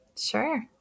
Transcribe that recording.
sure